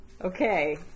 okay